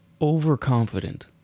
overconfident